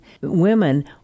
women